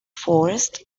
forest